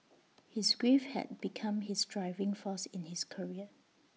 his grief had become his driving force in his career